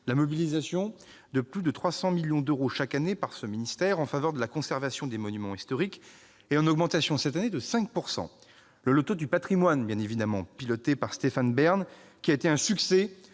La mobilisation de plus de 300 millions d'euros chaque année par ce ministère en faveur de la conservation des monuments historiques correspond à une augmentation de 5 %. Le loto du patrimoine, piloté par Stéphane Bern, a été un succès,